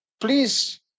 please